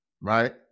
right